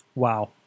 Wow